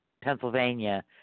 Pennsylvania